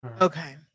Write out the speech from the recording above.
Okay